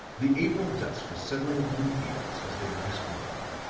the april dusk was settling upon the fields as they raced along